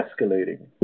escalating